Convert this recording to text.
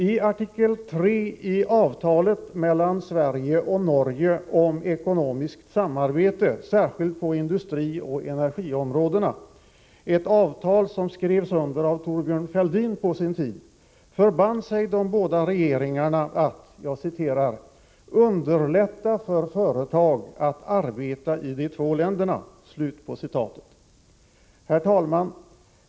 I artikel III i avtalet mellan Sverige och Norge om ekonomiskt samarbete, särskilt på industrioch energiområdena, ett avtal som skrevs under av Thorbjörn Fälldin på sin tid, förband sig de båda regeringarna att ”underlätta ——— för företag att arbeta i de två länderna”. Herr talman!